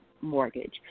mortgage